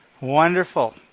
Wonderful